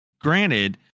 granted